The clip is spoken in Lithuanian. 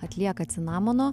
atlieka cinamono